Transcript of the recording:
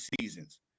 seasons